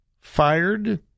fired